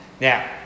Now